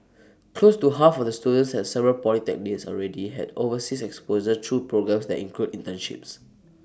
close to half of the students at several polytechnics already have overseas exposure through programmes that include internships